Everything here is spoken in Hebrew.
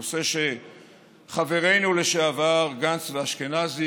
נושא שחברינו לשעבר גנץ ואשכנזי,